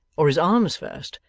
or his arms first,